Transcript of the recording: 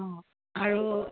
অঁ আৰু